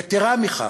יתרה מכך,